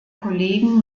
kollegen